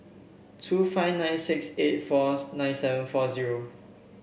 two five nine six eight four nine seven four zero